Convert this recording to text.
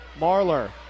Marler